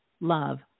love